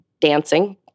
dancing